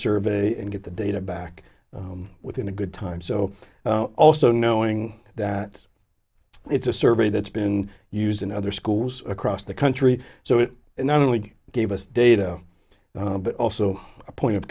survey and get the data back within a good time so also knowing that it's a survey that's been used in other schools across the country so it not only gave us data but also a point of